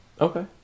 Okay